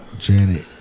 Janet